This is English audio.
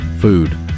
Food